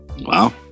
Wow